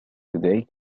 today